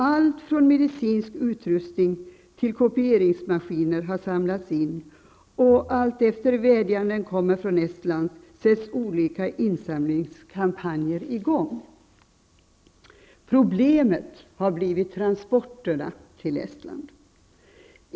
Allt från medicinsk utrustning till kopieringsmaskiner har samlats in, och alltefter det att vädjanden kommer från Estland sätts olika insamlingskampanjer i gång. Problemet har blivit transporterna till Estland.